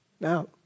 Now